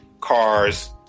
cars